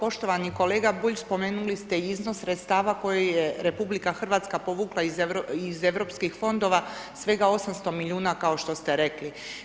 Pa poštovani kolega Bulj, spomenuli ste iznos sredstava koji je RH povukla iz europskih fondova svega 800 milijuna kao što ste rekli.